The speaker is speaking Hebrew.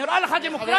נראה לך דמוקרטי?